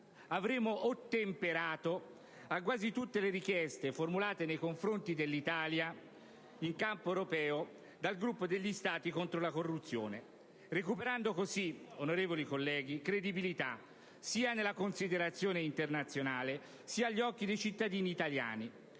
avremo ottemperato a quasi tutte le richieste formulate nei confronti dell'Italia in campo europeo dal Gruppo degli Stati contro la corruzione, recuperando così, onorevoli colleghi, credibilità sia nella considerazione internazionale sia agli occhi dei cittadini italiani,